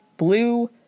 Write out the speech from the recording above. Blue